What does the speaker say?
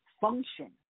function